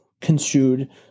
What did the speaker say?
construed